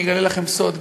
אני אגלה לכם סוד,